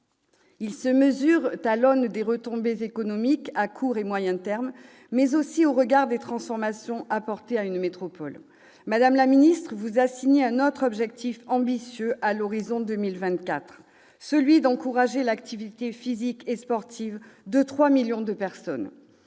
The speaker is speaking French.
Ils se mesurent à l'aune des retombées économiques à court et moyen terme, mais aussi à celle des transformations apportées à la métropole. Madame la ministre, vous assignez un autre objectif ambitieux à l'horizon 2024, celui d'encourager l'activité physique et sportive de trois millions de personnes.